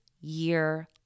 year